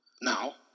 Now